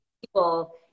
people